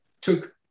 took